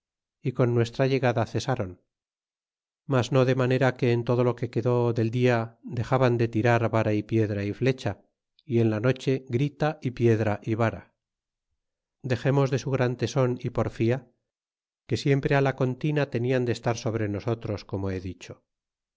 y coa nuestra llegada cesaron mas no de manera que en todo lo que quedó del dia dexaban de tirar vara y piedra y flecha y en la noche grita y piedra y vara dexemos de su gran teson y porfia que siempre á la contina tenían de estar sobre nosotros como he dicho